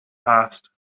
past